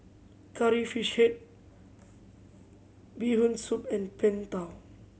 Curry Fish Head Bee Hoon Soup and Png Tao